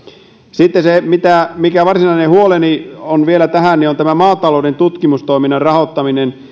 sitten se mikä varsinainen huoleni on vielä tässä on tämä maatalouden tutkimustoiminnan rahoittaminen